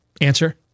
Answer